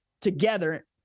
together